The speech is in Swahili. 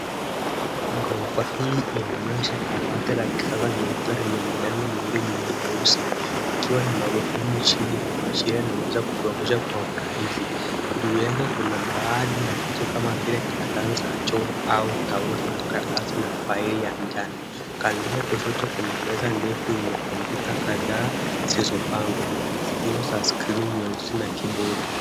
Gorofa hii inaonyesha kabati la kisasa jeupe lenye milango miwili myeusi ikiwa na magurudumu chini kuashiria inaweza kusongeshwa kwa urahisi. Juu yake kuna baadhi ya vitu kama vile, karatasi za choo, au taulo za karatasi na faili ya njano. Kando yake kushoto kuna meza ndefu yenye kompyuta kadhaa zilizopangwa, zikiwa za skrini nyeusi na kibodi.